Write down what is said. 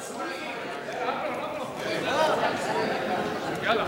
(הצבת יוצאי צבא בשירות בתי-הסוהר) (תיקון מס' 5),